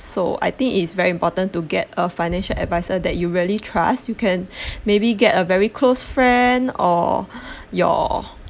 so I think it's very important to get a financial adviser that you really trust you can maybe get a very close friend or your